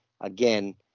again